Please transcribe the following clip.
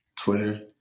Twitter